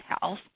Health